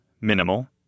minimal